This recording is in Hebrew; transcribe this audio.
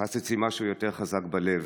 תפס אצלי משהו יותר חזק בלב.